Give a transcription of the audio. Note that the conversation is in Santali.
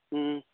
ᱦᱮᱸ